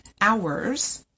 hours